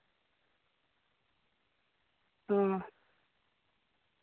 ᱦᱮᱸ